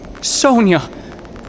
Sonia